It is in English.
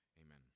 Amen